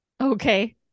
Okay